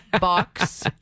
box